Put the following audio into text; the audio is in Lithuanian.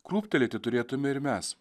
krūptelėti turėtume ir mes